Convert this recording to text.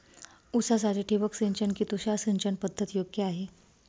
ऊसासाठी ठिबक सिंचन कि तुषार सिंचन पद्धत योग्य आहे?